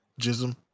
Jism